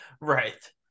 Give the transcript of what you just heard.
right